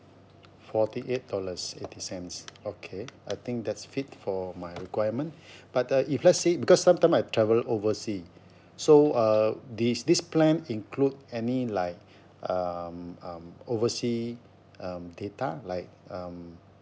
forty eight dollars eighty cents okay I think that's fit for my requirement but the if let's say because sometime I travel oversea so uh d~ this plan include any like um um oversea um data like um